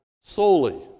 solely